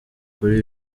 kuri